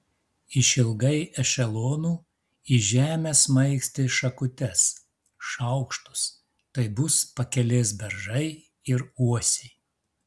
išilgai ešelonų į žemę smaigstė šakutes šaukštus tai bus pakelės beržai ir uosiai